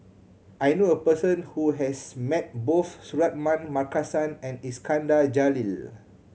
I knew a person who has met both Suratman Markasan and Iskandar Jalil